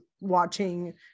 watching